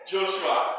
Joshua